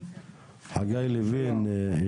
חגי לוין,